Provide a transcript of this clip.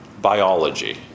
biology